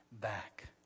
back